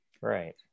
right